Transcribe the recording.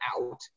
out